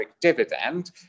dividend